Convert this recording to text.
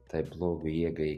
tai blogio jėgai